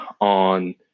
on